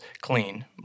clean